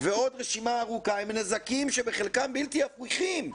ועוד רשימה ארוכה, הם נזקים שבחלקם בלתי הפיכים.